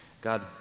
God